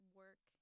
work